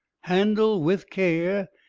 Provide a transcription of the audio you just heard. handle with care,